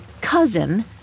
Cousin